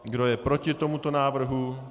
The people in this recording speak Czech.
Kdo je proti tomuto návrhu?